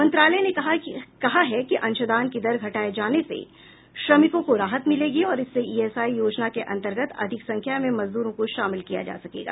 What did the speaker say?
मंत्रालय ने कहा है कि अंशदान की दर घटाये जाने से श्रमिकों को राहत मिलेगी और इससे ईएसआई योजना के अंतर्गत अधिक संख्या में मजदूरों को शामिल किया जा सकेगा